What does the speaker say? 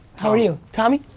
how are you? tommy,